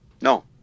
no